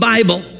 Bible